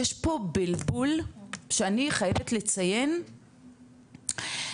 יש פה בלבול שאני חייבת לציין